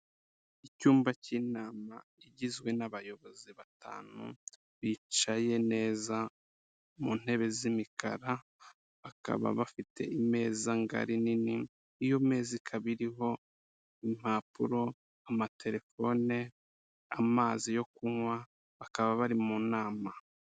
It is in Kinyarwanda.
Icyumba cy'inama igizwe n'abayobozi batanu, bicaye neza mu ntebe z'imikara, bakaba bafite imeza ngari nini, iyo meza ikaba iriho: impapuro, amatelefone, amazi yo kunywa, bakaba bari mu nama.